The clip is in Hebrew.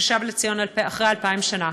ששב לציון אחרי אלפיים שנה.